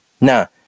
Now